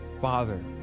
father